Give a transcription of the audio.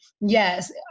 yes